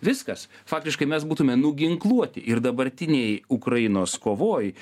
viskas faktiškai mes būtume nuginkluoti ir dabartinėj ukrainos kovoj